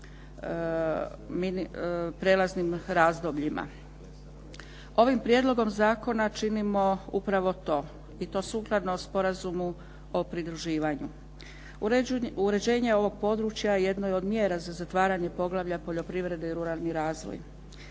prijelaznim razdobljima. Ovim prijedlogom zakona činimo upravo to. I to sukladno Sporazumu o pridruživanju. Uređenje ovog područja jednog je od mjera za zatvaranje poglavlja Poljoprivrede i ruralni razvoj.